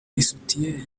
isutiye